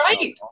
right